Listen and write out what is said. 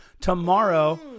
tomorrow